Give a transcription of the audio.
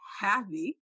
happy